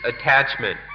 attachment